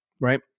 right